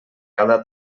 cada